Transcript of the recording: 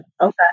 Okay